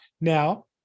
Now